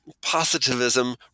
positivism